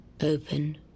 open